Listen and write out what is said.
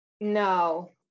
no